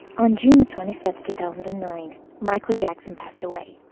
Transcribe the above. on june twenty fifth, two thousand and nine michael jackson passed away.